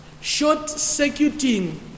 short-circuiting